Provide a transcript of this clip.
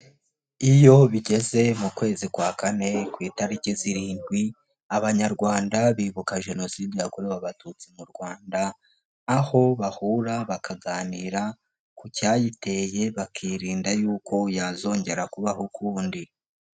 Iyo bigeze mu kwezi kwa kane ku itariki zirindwi abanyarwanda bibuka jenoside yakorewe Abatutsi mu Rwanda aho bahura bakaganira ku cyayiteye bakirinda y'uko yazongera kubaho ukundi.